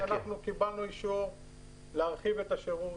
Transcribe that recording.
אנחנו קיבלנו אישור להרחיב את השירות